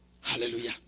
Hallelujah